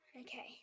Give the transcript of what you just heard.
Okay